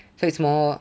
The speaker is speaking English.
so it's more